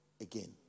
again